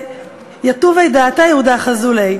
ליתובי דעתיה הוא דאחזו ליה,